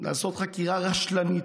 לעשות חקירה רשלנית,